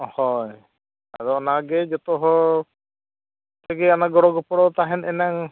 ᱦᱳᱭ ᱟᱫᱚ ᱚᱱᱟ ᱜᱮ ᱡᱚᱛᱚ ᱦᱚᱲ ᱛᱮᱜᱮ ᱚᱱᱟ ᱜᱚᱲᱚᱜᱚᱯᱚᱲᱚ ᱛᱟᱦᱮᱱ ᱤᱱᱟᱹᱝ